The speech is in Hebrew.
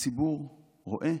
הציבור רואה,